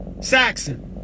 Saxon